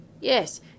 Yes